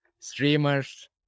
Streamers